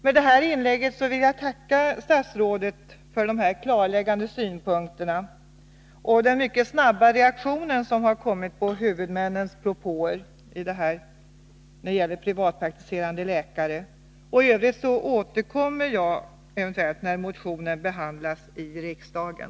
Med det här inlägget vill jag tacka statsrådet för de klarläggande synpunkterna och för den mycket snabba reaktion som har kommit på huvudmännens propoer när det gäller privatpraktiserande läkare. I övrigt har jag för avsikt att eventuellt återkomma när motionen kommer upp till behandling i kammaren.